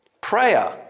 prayer